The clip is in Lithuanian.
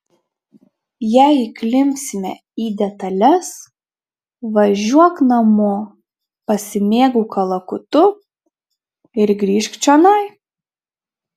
jei įklimpsime į detales važiuok namo pasimėgauk kalakutu ir grįžk čionai